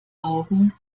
augen